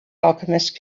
alchemist